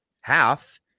half